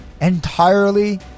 entirely